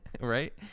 Right